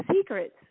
secrets